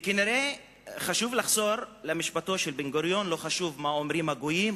וכנראה חשוב לחזור למשפטו של בן-גוריון: לא חשוב מה אומרים הגויים,